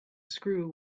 screw